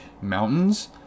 mountains